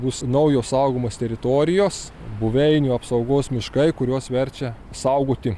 bus naujos saugomos teritorijos buveinių apsaugos miškai kuriuos verčia saugoti